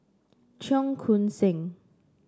Cheong Koon Seng